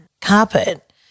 carpet